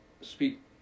speak